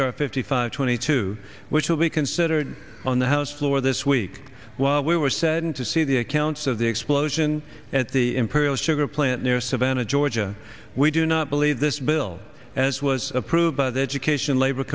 r fifty five twenty two which will be considered on the house floor this week while we were saddened to see the accounts of the explosion at the imperial sugar plant near savannah georgia we do not believe this bill as it was approved by the education labor